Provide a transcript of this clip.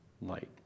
light